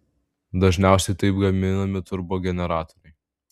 dažniausiai taip gaminami turbogeneratoriai